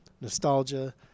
nostalgia